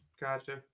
Gotcha